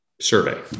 survey